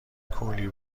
کولی